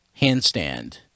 handstand